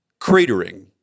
cratering